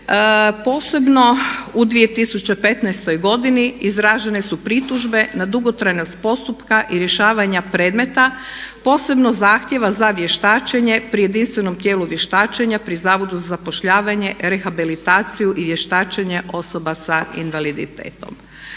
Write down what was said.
Posebno u 2015. godini izražene su pritužbe na dugotrajnost postupka i rješavanja predmeta, posebno zahtjeva za vještačenje pri jedinstvenom tijelu vještačenja pri Zavodu za zapošljavanje, rehabilitaciju i vještačenje osoba sa invaliditetom.